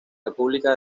república